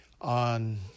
on